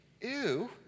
Ew